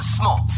Smoltz